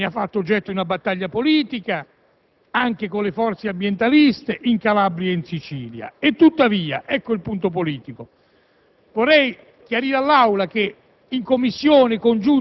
da tempo è contrario al ponte. Ne ha fatto oggetto di una battaglia politica anche con le forze ambientaliste in Calabria e in Sicilia e tuttavia, ecco la questione politica,